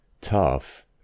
tough